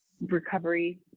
recovery